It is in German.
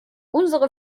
unsere